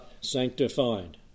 sanctified